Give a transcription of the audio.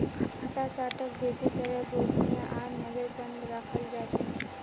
खाता चार्टक बेसि करे गोपनीय आर नजरबन्द रखाल जा छे